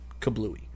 kablooey